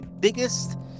biggest